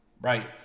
Right